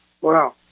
Wow